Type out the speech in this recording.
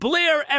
Blair